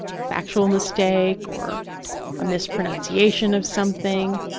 factual mistake or a mispronunciation of something,